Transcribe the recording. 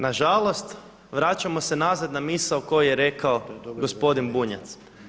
Na žalost vraćamo se nazad na misao koju je rekao gospodin Bunjac.